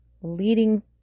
leading